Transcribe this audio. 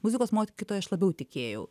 muzikos mokytoja aš labiau tikėjau